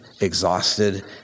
exhausted